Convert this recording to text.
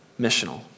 missional